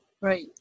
Right